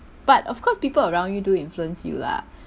but of course people around you do influence you lah